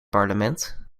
parlement